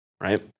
right